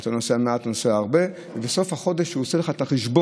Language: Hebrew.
ואתה נוסע מעט או נוסע הרבה ובסוף החודש הוא עושה לך את החשבון: